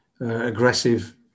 aggressive